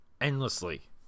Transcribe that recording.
endlessly